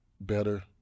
Better